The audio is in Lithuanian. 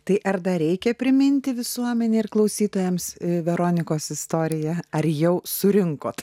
tai ar dar reikia priminti visuomenei ir klausytojams veronikos istoriją ar jau surinkot